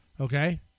Okay